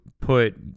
put